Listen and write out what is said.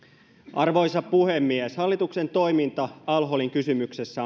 arvoisa puhemies hallituksen toiminta al holin kysymyksessä